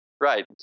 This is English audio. Right